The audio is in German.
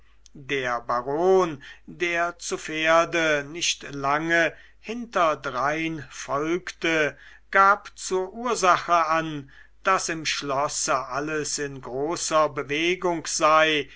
der baron der zu pferde nicht lange hinterdrein folgte gab zur ursache an daß im schlosse alles in großer bewegung sei